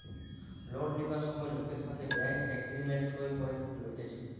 loan লিবার সময় লোকের সাথে ব্যাঙ্ক এগ্রিমেন্ট সই করে লইতেছে